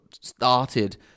started